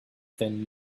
thin